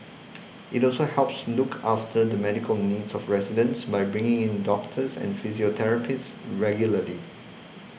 it also helps look after the medical needs of residents by bringing in doctors and physiotherapists regularly